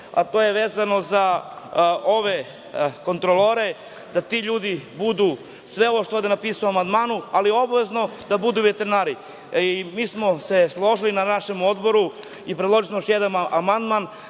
sam vezano za kontrolore, da ti ljudi budu sve ovo što sam napisao u ovom amandmanu, ali obavezno da budu veterinari. Mi smo se složili na našem Odboru i predložili smo još jedan amandman